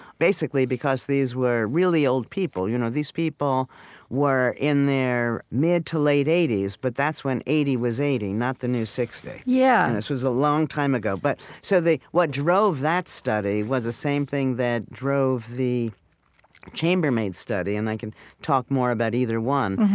basically, because these were really old people. you know these people were in their mid-to-late eighty s, but that's when eighty was eighty, not the new sixty. yeah this was a long time ago. but so they what drove that study was the same thing that drove the chambermaid study, and i can talk more about either one,